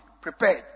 prepared